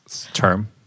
term